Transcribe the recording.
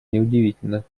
неудивительно